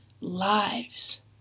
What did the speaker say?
lives